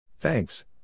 Thanks